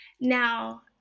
Now